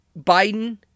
Biden